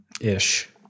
Ish